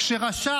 כשרשע